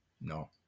no